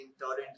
torrent